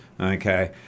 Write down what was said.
Okay